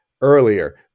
earlier